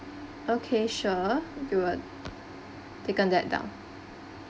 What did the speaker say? okay sure we would taken that down